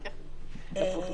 קודם לכן נכתב שאירוע